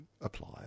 apply